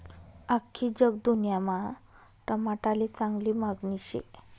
आख्खी जगदुन्यामा टमाटाले चांगली मांगनी शे